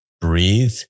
breathe